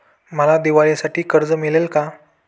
मला दिवाळीसाठी कर्ज मिळेल का?